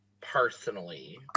personally